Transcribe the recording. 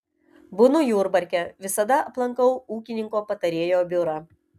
būnu jurbarke visada aplankau ūkininko patarėjo biurą